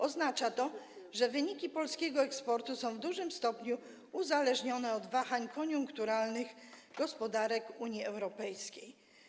Oznacza to, że wyniki polskiego eksportu są w dużym stopniu uzależnione od wahań koniunkturalnych gospodarek Unii Europejskiej.